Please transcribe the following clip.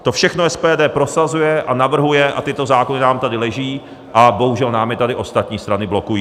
To všechno SPD prosazuje a navrhuje, tyto zákony nám tady leží a bohužel nám je tady ostatní strany blokují.